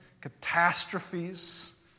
catastrophes